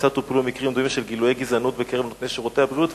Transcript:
כיצד טופלו מקרים דומים של גילויי גזענות בקרב נותני שירותי הבריאות,